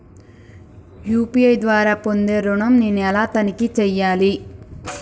UPI ద్వారా పొందే ఋణం నేను ఎలా తనిఖీ చేయాలి?